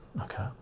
okay